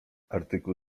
artykuł